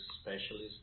Specialist